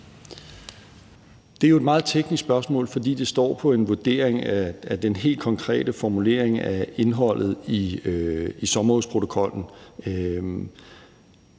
Det er jo et meget teknisk spørgsmål, for det står på en vurdering af den helt konkrete formulering af indholdet i sommerhusprotokollen.